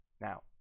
Now